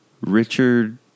Richard